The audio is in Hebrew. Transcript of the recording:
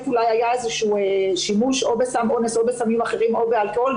היה שימוש בסם אונס או בסמים אחרים או באלכוהול,